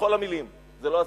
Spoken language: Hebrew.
בכל המלים, זה לא הזמן,